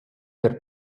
der